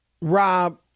Rob